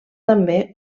també